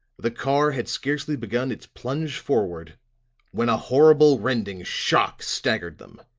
the car had scarcely begun its plunge forward when a horrible rending shock staggered them.